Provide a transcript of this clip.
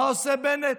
מה עושה בנט?